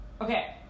Okay